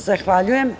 Zahvaljujem.